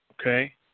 okay